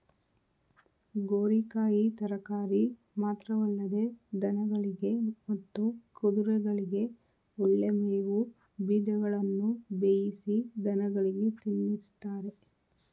ಗೋರಿಕಾಯಿ ತರಕಾರಿ ಮಾತ್ರವಲ್ಲದೆ ದನಗಳಿಗೆ ಮತ್ತು ಕುದುರೆಗಳಿಗೆ ಒಳ್ಳೆ ಮೇವು ಬೀಜಗಳನ್ನು ಬೇಯಿಸಿ ದನಗಳಿಗೆ ತಿನ್ನಿಸ್ತಾರೆ